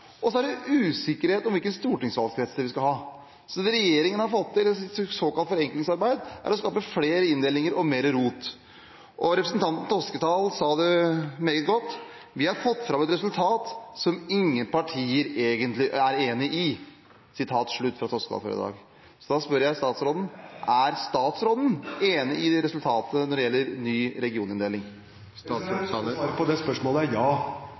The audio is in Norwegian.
tvers. Så er det usikkerhet om hvilke stortingsvalgkretser vi skal ha. Det regjeringen har fått til i sitt såkalte forenklingsarbeid, er å skape flere inndelinger og mer rot. Representanten Toskedal sa det meget godt i dag: Vi har fått fram et resultat som ingen partier egentlig er enig i. Da spør jeg statsråden: Er statsråden enig i resultatet når det gjelder ny regioninndeling? Svaret på det spørsmålet er ja,